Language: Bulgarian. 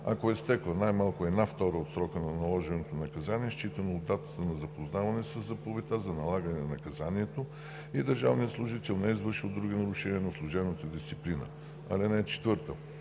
ако е изтекла най-малко една втора от срока на наложеното наказание, считано от датата на запознаване със заповедта за налагане на наказанието, и държавният служител не е извършил други нарушения на служебната дисциплина. (4) Предсрочното